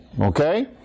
okay